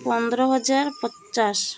ପନ୍ଦର ହଜାର ପଚାଶ